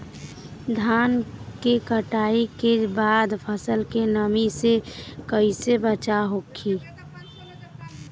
धान के कटाई के बाद फसल के नमी से कइसे बचाव होखि?